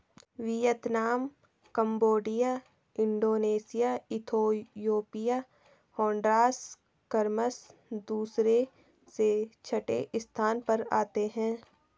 Vietnam Cambodia Indonesia Ethiopia Honduras क्रमशः दूसरे से छठे स्थान पर आते हैं